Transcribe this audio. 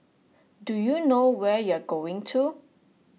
do you know where you're going to